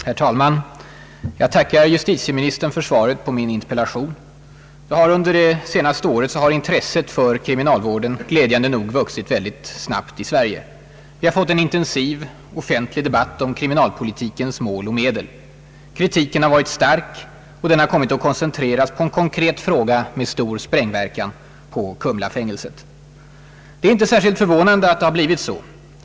Herr talman! Jag tackar justitieministern för svaret på min interpellation. Under de senaste åren har intresset för kriminalvården glädjande nog vuxit mycket snabbt i Sverige. Vi har fått en intensiv offentlig debatt om kriminalpolitikens mål och medel. Kritiken har varit stark, och den har kommit att koncentreras på en konkret fråga med stor sprängverkan: Kumlafängelset. Det är inte särskilt förvånande att det har blivit så.